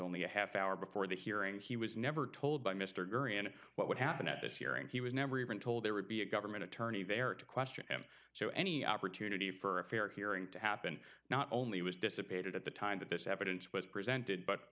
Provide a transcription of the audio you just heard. only a half hour before the hearing he was never told by mr jury and what would happen at this hearing he was never even told there would be a government attorney there to question him so any opportunity for a fair hearing to happen not only was dissipated at the time that this evidence was presented but